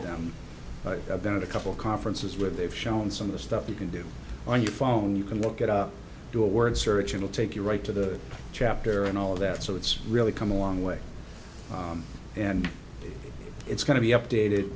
them about a couple conferences where they've shown some of the stuff you can do on your phone you can look it up do a word search it will take you right to the chapter and all of that so it's really come a long way and it's going to be updated